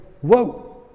Whoa